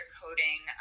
coding